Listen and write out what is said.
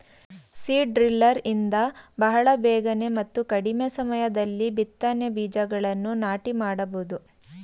seed driller ಇಂದ ಬಹಳ ಬೇಗನೆ ಮತ್ತು ಕಡಿಮೆ ಸಮಯದಲ್ಲಿ ಬಿತ್ತನೆ ಬೀಜಗಳನ್ನು ನಾಟಿ ಮಾಡಬೋದು